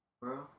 Bro